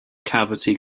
cavity